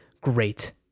great